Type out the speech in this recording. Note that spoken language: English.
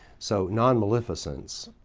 so nonmalificence,